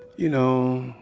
you know,